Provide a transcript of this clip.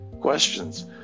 questions